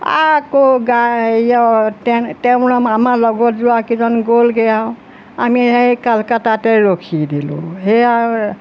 আকৌ গাড়ী হেৰিয়াত তেওঁ বোলে আমাৰ লগত যোৱা কেইজন গ'লগৈ আৰু আমি সেই কালকাতাতে ৰখি দিলোঁ সেইয়া